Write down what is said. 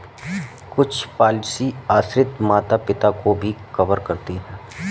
कुछ पॉलिसी आश्रित माता पिता को भी कवर करती है